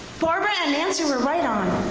barbara and nancy were right on.